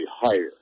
higher